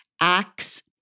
acts